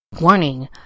Warning